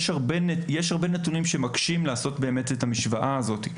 יש הרבה נתונים שמקשים לעשות את המשוואה הזאת,